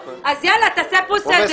אז בואו תפסיקו --- אז יאללה, תעשה פה סדר.